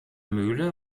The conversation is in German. mühle